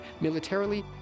Militarily